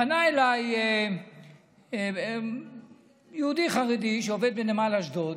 פנה אליי יהודי חרדי שעובד בנמל אשדוד,